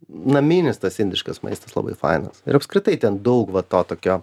naminis tas indiškas maistas labai fainas ir apskritai ten daug va to tokio